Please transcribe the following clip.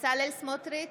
בצלאל סמוטריץ'